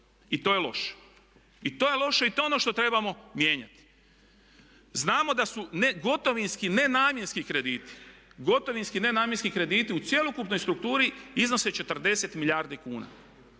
krediti. I to je loše. To je ono što trebamo mijenjati. Znamo da su gotovinski, nenamjenski krediti u cjelokupnoj strukturi iznose 40 milijardi kuna.